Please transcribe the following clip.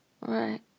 Right